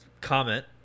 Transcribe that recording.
comment